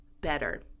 better